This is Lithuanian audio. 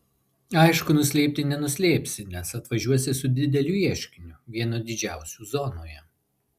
aišku nuslėpti nenuslėpsi nes atvažiuosi su dideliu ieškiniu vienu didžiausių zonoje